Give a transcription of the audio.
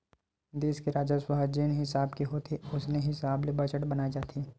देस के राजस्व ह जेन हिसाब के होथे ओसने हिसाब ले बजट बनाए जाथे